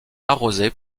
arrosée